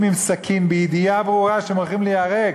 עם סכין בידיעה ברורה שהם הולכים להיהרג,